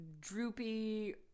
droopy